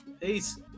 Peace